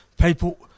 people